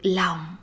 lòng